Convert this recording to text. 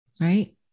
right